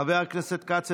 חבר הכנסת כץ,